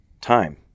time